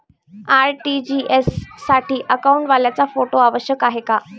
RTGS साठी अकाउंटवाल्याचा photo आवश्यक आहे का?